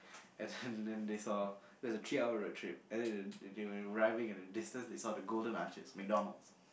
and then then they saw there was a three hour road trip and then then they were arriving at a distance they saw the golden archers MacDonalds'